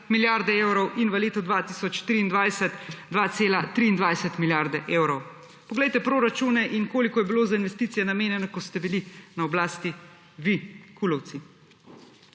milijarde evrov in v letu 2023 2,23 milijarde evrov. Poglejte proračune in koliko je bilo za investicije namenjeno, ko ste bili na oblasti vi »kulovci«.